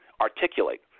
articulate